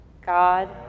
God